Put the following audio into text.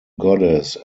goddess